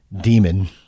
demon